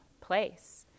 place